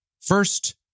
First